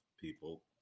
people